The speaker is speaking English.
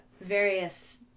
various